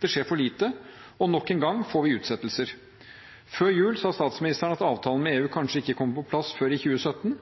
Det skjer for lite, og nok en gang får vi utsettelser. Før jul sa statsministeren at avtalen med EU kanskje ikke kommer på plass før i 2017.